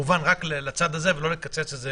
כמובן רק לצד הזה ולא לקצץ את זה